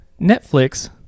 Netflix